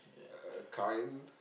uh kind